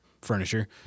furniture